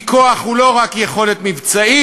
כי כוח הוא לא רק יכולת מבצעית,